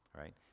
Right